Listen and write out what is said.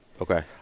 Okay